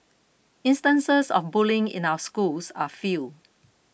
instances of bullying in our schools are few